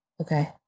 Okay